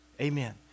Amen